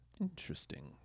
Interesting